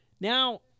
now